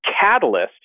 catalyst